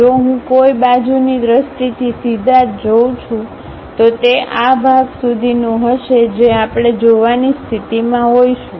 જો હું કોઈ બાજુની દ્રષ્ટિથી સીધા જ જોઉં છું તો તે આ ભાગ સુધીનું હશે જે આપણે જોવાની સ્થિતિમાં હોઈશું